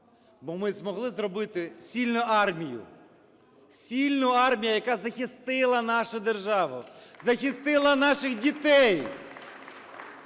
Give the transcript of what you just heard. Бо ми змогли зробити сильну армію, сильну армію, яка захистила нашу державу, захистила наших дітей.